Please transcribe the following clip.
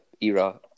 era